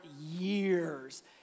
years